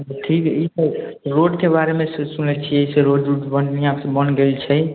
ठीक ई रोडके बारेमे सुनै छिए से रोड उड बढ़िआँसँ बनि गेल छै